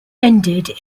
ended